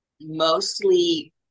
Mostly